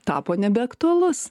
tapo nebeaktualus